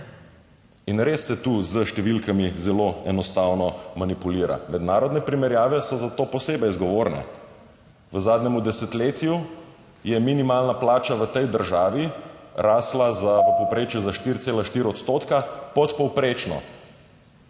In res se tu s številkami zelo enostavno manipulira. Mednarodne primerjave so za to posebej zgovorne. V zadnjem desetletju je minimalna plača v tej državi rasla v povprečju za 4,4 %, podpovprečno,